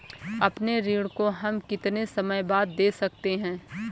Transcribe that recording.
अपने ऋण को हम कितने समय बाद दे सकते हैं?